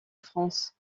france